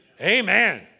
Amen